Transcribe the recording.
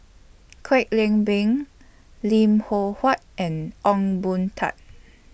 Kwek Leng Beng Lim Loh Huat and Ong Boon Tat